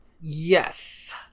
Yes